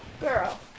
girl